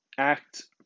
Act